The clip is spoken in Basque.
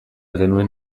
genuen